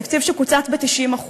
תקציב שקוצץ ב-90%.